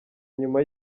nyuma